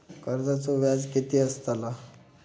कर्जाचो व्याज कीती असताला?